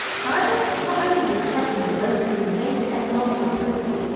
however, not only does stresemann oversee major economic improvement,